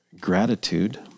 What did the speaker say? gratitude